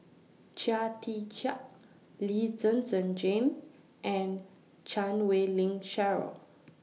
Chia Tee Chiak Lee Zhen Zhen Jane and Chan Wei Ling Cheryl